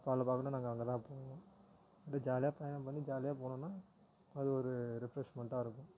இப்போ அவளை பார்க்கணுன்னா நாங்கள் அங்கேதான் போவோம் அப்படியே ஜாலியாக பயணம் பண்ணி ஜாலியாக போகணுன்னா அது ஒரு ரெஃப்ரெஷ்மெண்டாக இருக்கும்